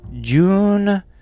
June